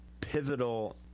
pivotal